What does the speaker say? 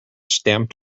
stamped